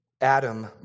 Adam